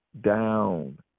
down